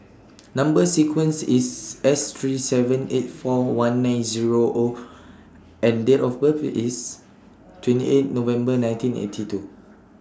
Number sequence IS S three seven eight four one nine Zero O and Date of birth IS twenty eight November nineteen eighty two